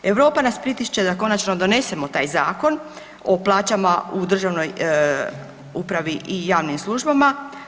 Europa nas pritišće da konačno donesemo taj Zakon o plaćama u državnoj upravi i javnim službama.